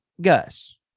Gus